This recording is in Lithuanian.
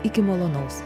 iki malonaus